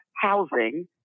housing